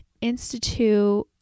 institute